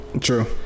True